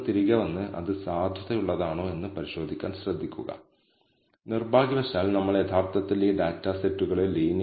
σ2 ഒന്നുതന്നെയാണെന്നും i യെ ആശ്രയിക്കുന്നില്ലെന്നും ശ്രദ്ധിക്കുക അതായത് i 1 മുതൽ n വരെയുള്ള എല്ലാ സാമ്പിളുകൾക്കും ഇത് ഒരുപോലെയാണ്